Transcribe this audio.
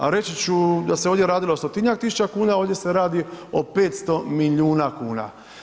A reći ću da se ovdje radilo o stotinjak tisuća kuna, a ovdje se radi o 500 milijuna kuna.